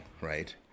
right